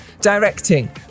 directing